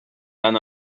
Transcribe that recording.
than